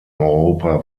europa